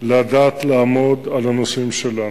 לדעת לעמוד על הנושאים שלנו.